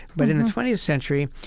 but in the twentieth century,